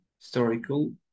historical